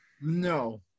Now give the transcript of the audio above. no